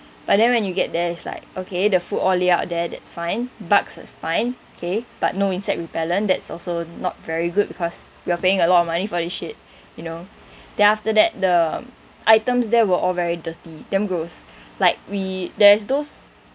but then when you get there is like okay the food all lay out there that's fine bugs is fine okay but no insect repellent that's also not very good because we are paying a lot of money for this shit you know then after that the items there were all very dirty damn gross like we there's those